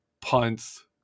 punts